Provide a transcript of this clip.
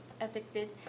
addicted